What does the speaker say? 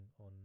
on